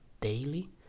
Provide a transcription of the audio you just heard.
daily